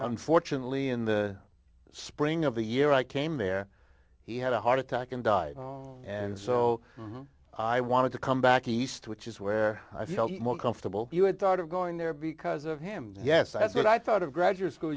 unfortunately in the spring of the year i came there he had a heart attack and died and so i wanted to come back east which is where i felt most comfortable you had thought of going there because of his yes that's what i thought of graduate school